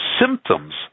symptoms